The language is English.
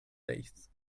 days